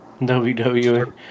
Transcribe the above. WWE